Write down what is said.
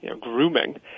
grooming